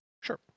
Sure